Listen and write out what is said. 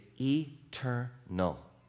eternal